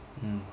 mm